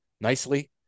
nicely